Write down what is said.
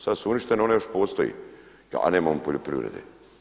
Sad su uništene, one još postoji, a nema on poljoprivrede.